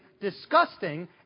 disgusting